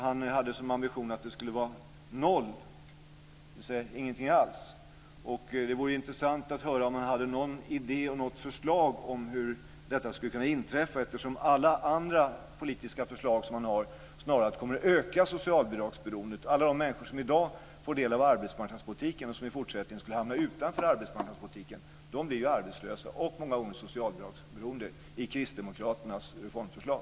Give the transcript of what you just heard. Han hade som ambition att det skulle vara noll, dvs. ingenting alls. Det vore intressant att höra om han hade någon idé eller något förslag på hur detta skulle kunna gå till. Alla andra politiska förslag som han har kommer snarare att öka socialbidragsberoendet. Alla de människor som i dag får del av arbetsmarknadspolitiken skulle i fortsättningen hamna utanför arbetsmarknadspolitiken. De skulle bli arbetslösa och många gånger socialbidragsberoende med Kristdemokraternas reformförslag.